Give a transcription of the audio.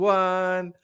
one